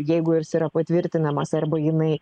jeigu jis yra patvirtinamas arba jinai